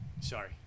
sorry